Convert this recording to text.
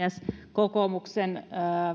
kokoomuksen